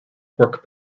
work